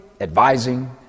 advising